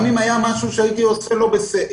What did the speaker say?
גם אם היה משהו שהיינו עושים לא בסדר.